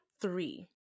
three